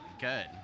good